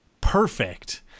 perfect